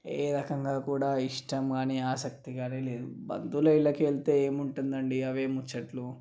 ఏ రకంగా కూడా ఇష్టం గానీ ఆసక్తి గానీ లేదు బంధువుల ఇళ్ళకి వెళ్తే ఏముంటుందండి అవే ముచ్చట్లు